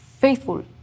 faithful